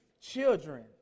children